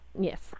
Yes